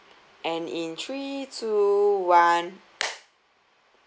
and in three two one